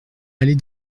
allée